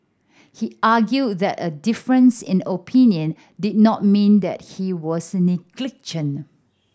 he argued that a difference in opinion did not mean that he was